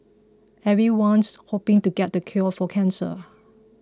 everyone's hoping to get the cure for cancer